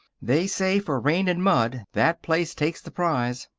they say for rain and mud that place takes the prize.